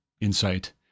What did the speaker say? insight